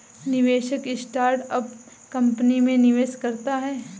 निवेशक startup company में निवेश करता है